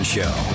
Show